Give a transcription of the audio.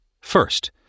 First